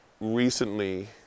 recently